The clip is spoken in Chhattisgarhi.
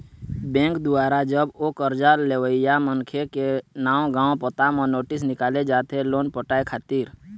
बेंक दुवारा जब ओ करजा लेवइया मनखे के नांव गाँव पता म नोटिस निकाले जाथे लोन पटाय खातिर